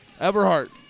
Everhart